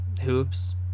hoops